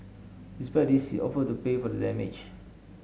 despite this offered to pay for the damage